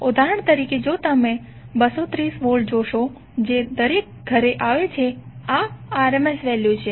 ઉદાહરણ તરીકે જો તમે 230 વોલ્ટ જોશો જે દરેક ઘરે આવે છે આ RMS વેલ્યુ છે